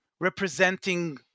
representing